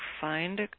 find